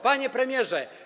Panie Premierze!